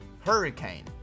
hurricane